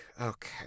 okay